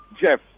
Jeff